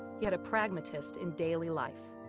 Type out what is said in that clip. yet a pragmatist in daily life.